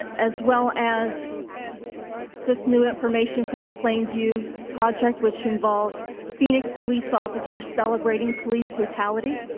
as well as this new information from the plainview project, which involved phoenix police officers celebrating police brutality.